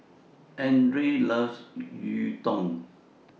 Andrae loves Gyudon